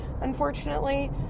unfortunately